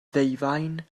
ddeufaen